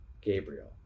Gabriel